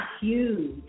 huge